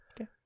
Okay